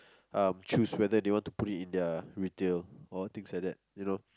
um choose whether they want to put it in their retail or things like that you know